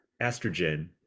estrogen